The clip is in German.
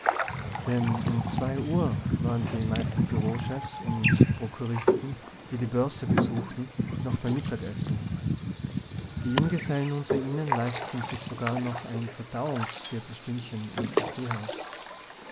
denn um zwei uhr waren die meisten bureauchefs und prokuristen die die börse besuchten noch beim mittagessen die junggesellen unter ihnen leisteten sich sogar noch ein